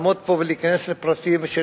לעמוד פה ולהיכנס לפרטים של